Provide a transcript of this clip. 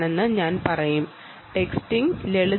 texting ലളിതമാണ്